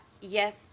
yes